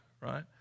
right